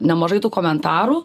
nemažai tų komentarų